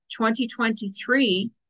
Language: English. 2023